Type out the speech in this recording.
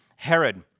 Herod